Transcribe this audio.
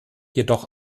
jedoch